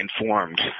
informed